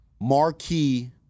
marquee